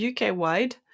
UK-wide